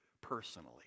personally